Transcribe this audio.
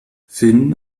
finn